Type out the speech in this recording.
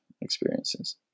experiences